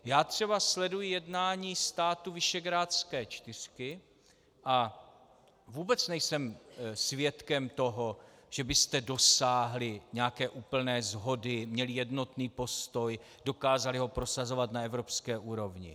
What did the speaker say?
Já třeba sleduji jednání států Visegrádské čtyřky a vůbec nejsem svědkem toho, že byste dosáhli nějaké úplné shody, měli jednotný postoj, dokázali ho prosazovat na evropské úrovni.